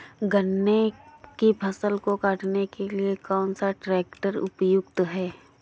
गन्ने की फसल को काटने के लिए कौन सा ट्रैक्टर उपयुक्त है?